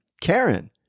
Karen